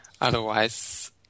otherwise